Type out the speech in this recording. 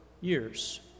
years